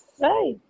Right